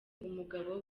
umugabo